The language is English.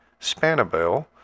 spanabel